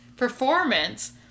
Performance